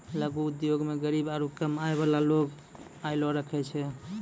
लघु उद्योगो मे गरीब आरु कम आय बाला लोग अयलो करे छै